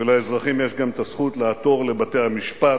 לאזרחים יש גם הזכות לעתור לבתי-המשפט,